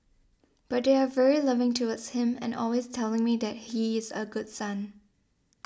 but they are very loving towards him and always telling me that he is a good son